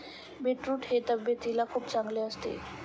beetroot हे तब्येतीला खूप चांगले असते